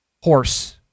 horse